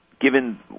given